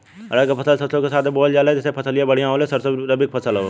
रहर क फसल सरसो के साथे बुवल जाले जैसे फसलिया बढ़िया होले सरसो रबीक फसल हवौ